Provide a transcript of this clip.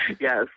Yes